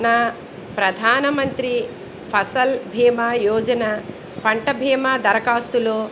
నా ప్రధాన మంత్రి ఫసల్ బీమా యోజన పంట బీమా దరఖాస్తులో